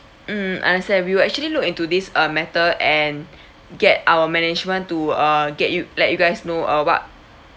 mm understand we will actually look into this uh matter and get our management to uh get you let you guys know uh what